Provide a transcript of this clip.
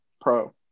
Pro